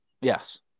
Yes